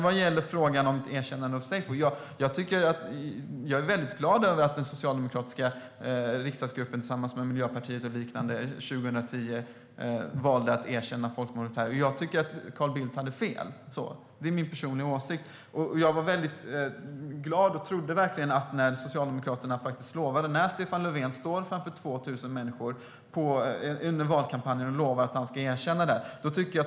Vad gäller frågan om ett erkännande av seyfo är jag väldigt glad att den socialdemokratiska riksdagsgruppen, tillsammans med Miljöpartiet och liknande, 2010 valde att erkänna folkmordet. Jag tycker att Carl Bildt hade fel. Det är min personliga åsikt. Jag var väldigt glad och trodde verkligen att frågan var avgjord när Socialdemokraterna lovade detta - när Stefan Löfven stod framför 2 000 människor under valkampanjen och lovade att han skulle erkänna seyfo.